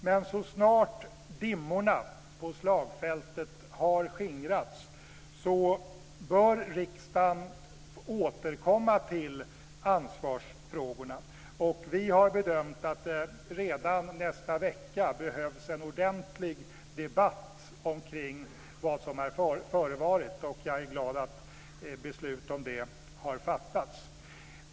Men så snart dimmorna på slagfältet har skingrats bör riksdagen återkomma till ansvarsfrågorna. Vi har bedömt att det redan nästa vecka behövs en ordentlig debatt omkring vad som har förevarit, och jag är glad att beslut om det har fattats.